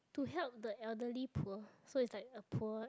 to help the elderly poor so it's like a poor